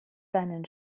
deinen